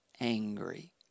angry